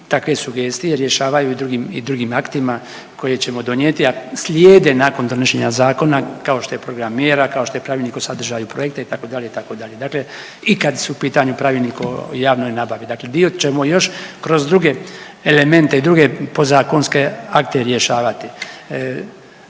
takve sugestije rješavaju i drugim, i drugim aktima koje ćemo donijeti, a slijede nakon donošenja zakona kao što je programera, kao što je pravilnik o sadržaju projekta itd., itd. Dakle, i kad su u pitanju pravilnik o javnoj nabavi. Dakle, dio ćemo još kroz druge elemente i druge podzakonske akte rješavati.